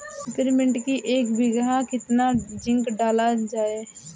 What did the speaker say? Peppermint की एक बीघा कितना जिंक डाला जाए?